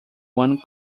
one